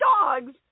dogs